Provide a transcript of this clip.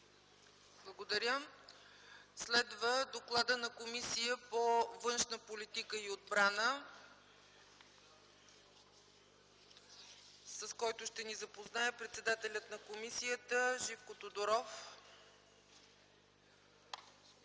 Благодаря. Следва докладът на Комисията по външна политика и отбрана, с който ще ни запознае председателят на комисията Живко Тодоров.